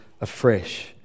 afresh